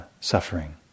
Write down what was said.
suffering